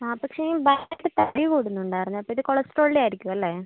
ആ പക്ഷേ ഈ ബാക്ക് ഒക്കെ തടി കൂടുന്നുണ്ടായിരുന്നു അപ്പോൾ ഇത് കൊളസ്ട്രോളിൻ്റെ ആയിരിക്കും അല്ലേ